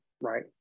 right